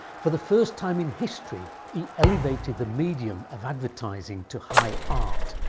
for the first time in history, he elevated the medium of advertising to high art,